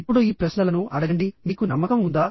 ఇప్పుడు ఈ ప్రశ్నలను అడగండి మీకు నమ్మకం ఉందా